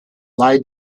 lie